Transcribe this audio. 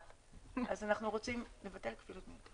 אז אנחנו רוצים לבטל את הכפילות המיותרת.